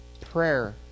prayer